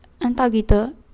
antagito